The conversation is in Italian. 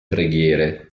preghiere